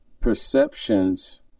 Perceptions